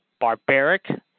barbaric